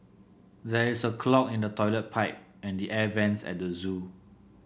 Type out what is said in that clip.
there is a clog in the toilet pipe and the air vents at the zoo